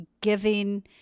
giving